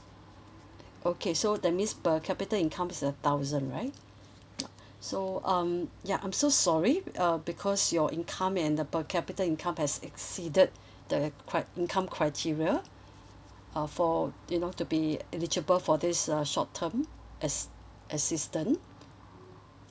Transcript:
okay so that means per capita in come is uh thousand right so um ya I'm so sorry uh because your income and the per capita income has exceeded the cri~ income criteria uh for you know to be eligible for this uh short term a~ assistant